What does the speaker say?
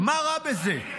מה רע בזה?